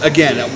Again